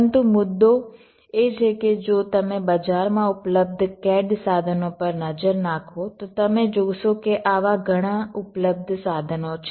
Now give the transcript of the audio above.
પરંતુ મુદ્દો એ છે કે જો તમે બજારમાં ઉપલબ્ધ CAD સાધનો પર નજર નાખો તો તમે જોશો કે આવા ઘણા ઉપલબ્ધ સાધનો છે